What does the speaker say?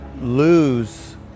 lose